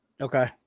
Okay